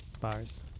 bars